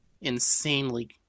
insanely